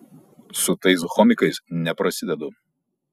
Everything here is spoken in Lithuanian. su tais homikais neprasidedu